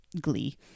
glee